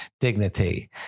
dignity